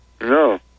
No